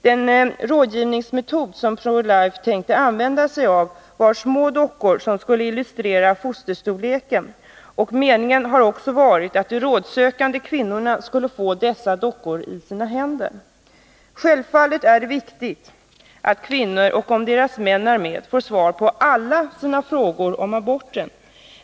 Den rådgivningsmetod som Pro Life tänkte använda var små dockor som skulle illustrera fosterstorleken, och meningen har också varit att de rådsökande kvinnorna skulle få dessa dockor i sina händer. Självfallet är det viktigt att kvinnor och deras män, om de är med, får svar på alla sina frågor om aborten.